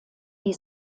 die